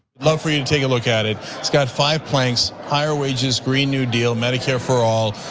love for you and take a look at it, it's got five planks, higher wages, green new deal, medicare for all,